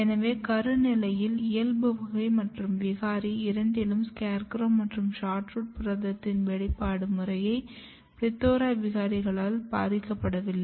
எனவே கரு நிலையில் இயல்பு வகை மற்றும் விகாரி இரண்டிலும் SCARECROW மற்றும் SHORTROOT புரதத்தின் வெளிப்பாடு முறை PLETHORA விகாரிகளால் பாதிக்கப்படவில்லை